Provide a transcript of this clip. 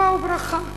טובה וברכה עלינו,